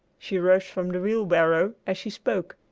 she rose from the wheelbarrow, as she spoke,